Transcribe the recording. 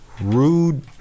Rude